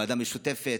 ועדה משותפת,